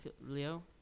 Leo